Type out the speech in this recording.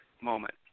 moment